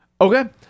Okay